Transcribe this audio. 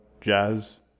jazz